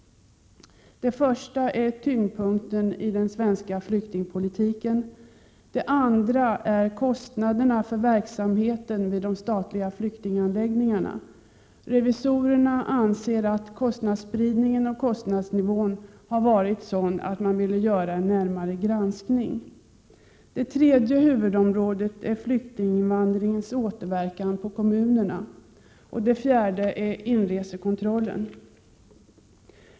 Det första är tyngdpunkten i den svenska flyktingpolitiken. Det andra är kostnaderna för verksamheten vid de statliga flyktinganläggningarna. Revisorerna anser att kostnadsspridningen och kostnadsnivån har varit sådan att man ville göra en närmare granskning. Det tredje huvudområdet är flyktinginvandringens återverkan på kommunerna. Det fjärde är inresekontrollen.